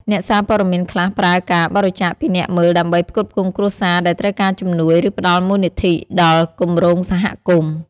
អ្នកសារព័ត៌មានខ្លះប្រើការបរិច្ចាគពីអ្នកមើលដើម្បីផ្គត់ផ្គង់គ្រួសារដែលត្រូវការជំនួយ ឬផ្តល់មូលនិធិដល់គម្រោងសហគមន៍។